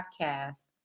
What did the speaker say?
podcast